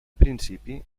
principi